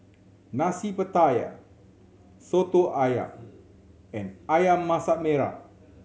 Nasi Pattaya Soto Ayam and Ayam Masak Merah